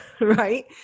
right